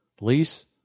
lease